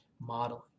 modeling